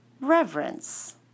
reverence